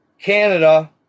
Canada